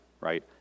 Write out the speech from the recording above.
Right